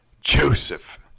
Joseph